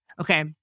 Okay